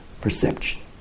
perception